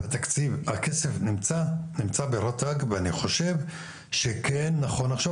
הכסף נמצא ברט"ג ואני חושב שכן נכון עכשיו,